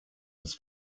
his